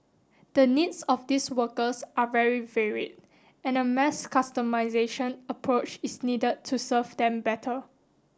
the needs of these workers are very varied and a mass customisation approach is needed to serve them better